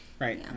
right